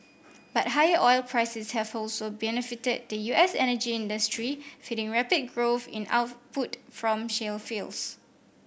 but higher oil prices have also benefited the U S energy industry feeding rapid growth in output from shale fields